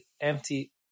empty